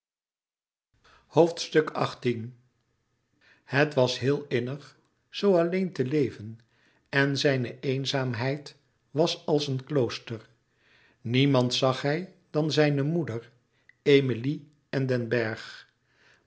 het was heel innig zoo alleen te leven en zijne eenzaamheid was als een klooster niemand zag hij dan zijne moeder emilie en den bergh